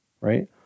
right